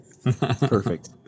perfect